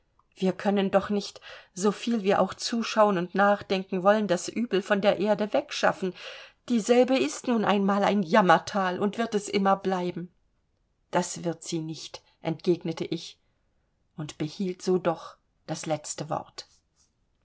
wir können doch nicht so viel wir auch zuschauen und nachdenken wollten das übel von der erde wegschaffen dieselbe ist nun einmal ein jammerthal und wird es immer bleiben das wird sie nicht entgegnete ich und behielt so doch das letzte wort